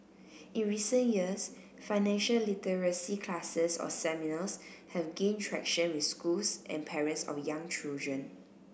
in recent years financial literacy classes or seminars have gained traction with schools and parents of young children